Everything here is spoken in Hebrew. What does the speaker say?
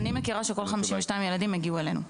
אני מכירה שכל 52 הילדים הגיעו אלינו.